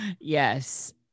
Yes